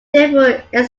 therefore